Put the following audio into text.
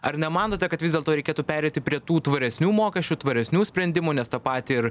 ar nemanote kad vis dėlto reikėtų pereiti prie tų tvaresnių mokesčių tvaresnių sprendimų nes tą patį ir